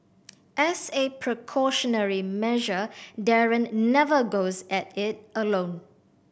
as a precautionary measure Darren never goes at it alone